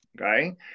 Okay